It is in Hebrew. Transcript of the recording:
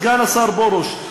סגן השר פרוש.